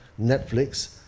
Netflix